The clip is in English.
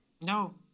No